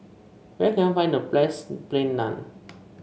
where can I find the best Plain Naan